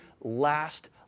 last